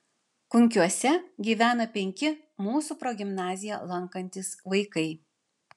kunkiuose gyvena penki mūsų progimnaziją lankantys vaikai